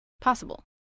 possible